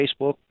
facebook